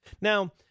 Now